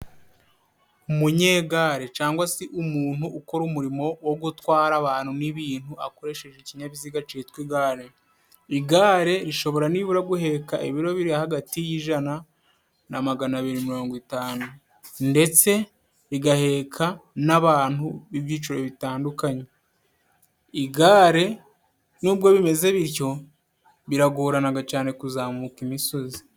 Umunyegare cangwa se umuntu ukora umurimo wo gutwara abantu, n'ibintu akoresheje ikinyabiziga citwa igare igare rishobora nibura guheka, ibiro biri hagati y'ijana na magana abiri mirongo itanu ndetse rigaheka n'abantu b'ibyiciro, bitandukanye igare nubwo bimeze bityo biragorana cane kuzamuka imisozi.